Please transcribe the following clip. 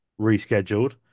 rescheduled